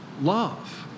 love